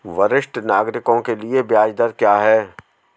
वरिष्ठ नागरिकों के लिए ब्याज दर क्या हैं?